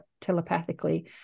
telepathically